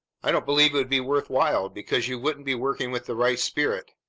i don't believe it would be worth while, because you wouldn't be working with the right spirit.